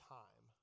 time